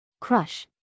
crush